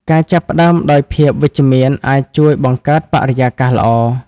ការចាប់ផ្តើមដោយភាពវិជ្ជមានអាចជួយបង្កើតបរិយាកាសល្អ។